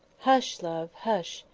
hush, love! hush!